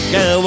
go